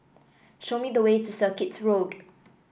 show me the way to Circuit Road